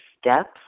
steps